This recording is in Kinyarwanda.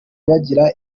bagira